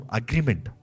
agreement